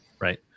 right